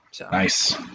Nice